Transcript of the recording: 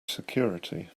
security